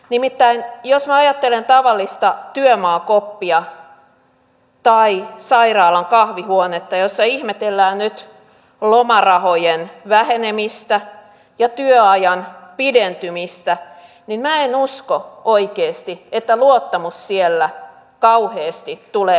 nimittäin jos minä ajattelen tavallista työmaakoppia tai sairaalan kahvihuonetta jossa ihmetellään nyt lomarahojen vähenemistä ja työajan pidentymistä niin minä en usko oikeasti että luottamus siellä kauheasti tulee kasvamaan